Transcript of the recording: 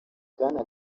bwana